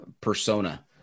persona